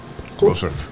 closer